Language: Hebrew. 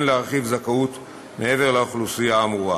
להרחיב זכאות מעבר לאוכלוסייה האמורה,